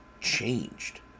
changed